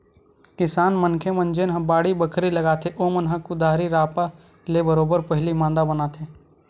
किसान मनखे मन जेनहा बाड़ी बखरी लगाथे ओमन ह कुदारी रापा ले बरोबर पहिली मांदा बनाथे